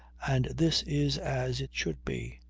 and this is as it should be.